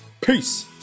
Peace